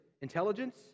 intelligence